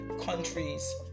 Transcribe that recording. countries